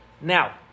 Now